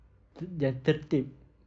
dan tertiba